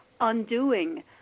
undoing